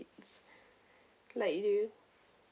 like you